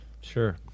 Sure